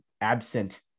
absent